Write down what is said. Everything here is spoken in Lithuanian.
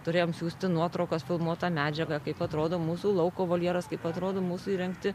turėjom siųsti nuotraukas filmuotą medžiagą kaip atrodo mūsų lauko voljeras kaip atrodo mūsų įrengti